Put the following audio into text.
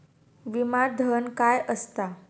विमा धन काय असता?